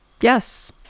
Yes